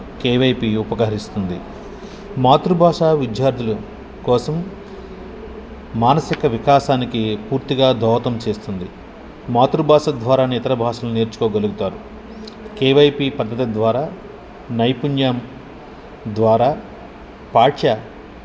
KYP ఉపకహరిస్తుంది మాతృ భాషా విద్యార్థులు కోసం మానసిక వికాసానికి పూర్తిగా దోహదం చేస్తుంది మాతృ భాష ద్వారా ఇతర భాషలు నేర్చుకోగలుగుతారు కేవైపి పద్ధతి ద్వారా నైపుణ్యం ద్వారా పాఠ్య